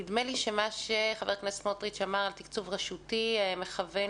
נדמה לי שמה שח"כ סמוטריץ' אמר על תקצוב רשותי מכוון